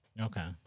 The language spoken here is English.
Okay